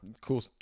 Cool